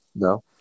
No